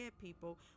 people